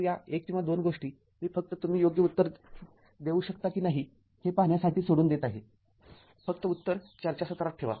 तर या १ किंवा २ गोष्टी मी फक्त तुम्ही योग्य उत्तर देऊ शकता की नाही हे पाहण्यासाठी सोडून देत आहे फक्त उत्तर चर्चासत्रात ठेवा